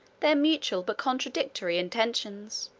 their mutual, but contradictory, intentions.